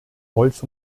holz